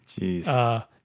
Jeez